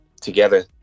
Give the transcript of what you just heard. together